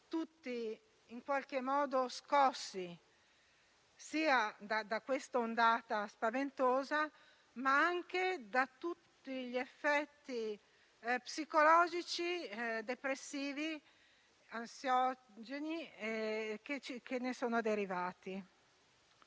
tutti scossi da questa ondata spaventosa, ma anche da tutti gli effetti psicologici, depressivi e ansiogeni che ne sono derivati.